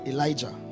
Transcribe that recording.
Elijah